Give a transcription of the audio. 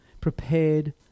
prepared